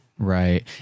Right